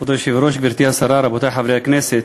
כבוד היושב-ראש, גברתי השרה, רבותי חברי הכנסת,